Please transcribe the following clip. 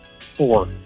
Four